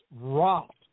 rot